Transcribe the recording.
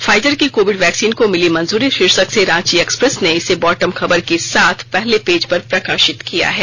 Pfizer की covid vaccine को मिली मंजूरी शीर्षक से रांची एक्सप्रेस ने इसे बॉटम खबर के साथ पहले पेज पर प्रकाशित किया है